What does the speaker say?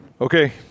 Okay